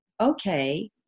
okay